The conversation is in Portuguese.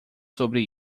sobre